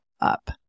up